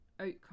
outcome